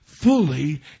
Fully